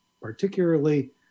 particularly